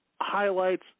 highlights